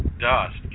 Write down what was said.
dust